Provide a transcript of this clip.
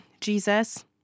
Jesus